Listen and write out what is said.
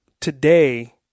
today